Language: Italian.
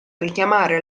richiamare